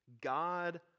God